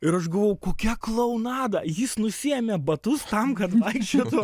ir aš galvojau kokia klounada jis nusiėmė batus tam kad vaikščiotų